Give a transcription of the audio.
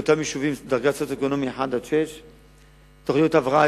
לאותם יישובים מדרגה סוציו-אקונומית 1 6. תוכניות הבראה,